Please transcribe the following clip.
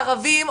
ערבים,